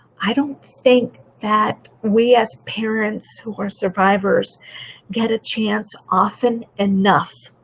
i don't think that we as parents who are survivors get a chance often enough